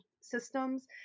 systems